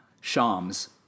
Shams